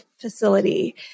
facility